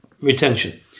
retention